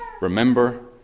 Remember